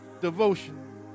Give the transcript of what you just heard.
devotion